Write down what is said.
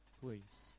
please